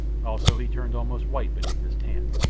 also he turned almost white beneath his tan.